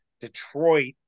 Detroit